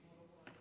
אדוני היושב-ראש,